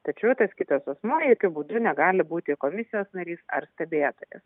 tačiau tas kitas asmuo jokiu būdu negali būti komisijos narys ar stebėtojas